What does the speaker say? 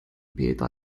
peter